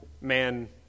man